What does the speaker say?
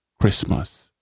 Christmas